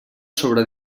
sobre